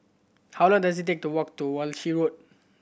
how long does it take to walk to Walshe Road